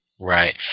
Right